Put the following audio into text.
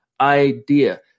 idea